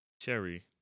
Cherry